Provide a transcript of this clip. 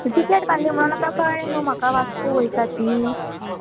ticket काडली म्हणोन आतां कळ्ळें न्हू म्हाका वास्को वयता ती